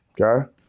okay